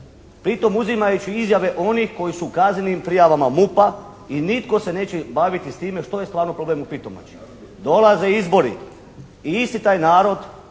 pritom uzimajući izjave onih koji su u kaznenim prijavama MUP-a i nitko se neće baviti s time što je stvarno problem u Pitomači. Dolaze izbori i isti taj narod